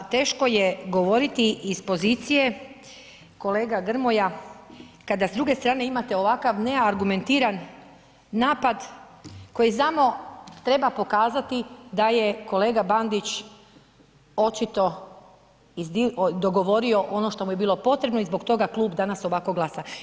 Teško je govoriti iz pozicije, kolega Grmoja kada s druge strane imate ovakav neargumentiran napad koji samo treba pokazati da je kolega Bandić očito dogovorio ono što mu je bilo potrebno i zbog toga klub danas ovako glasa.